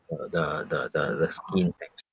for the the the the skin texture